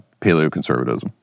paleoconservatism